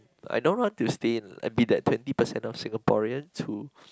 I don't want to stay and be that twenty percent of Singaporeans who